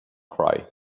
cry